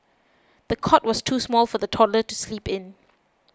the cot was too small for the toddler to sleep in